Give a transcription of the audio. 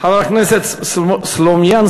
חבר הכנסת סלומינסקי,